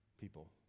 people